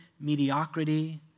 mediocrity